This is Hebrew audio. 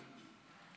שוויונית.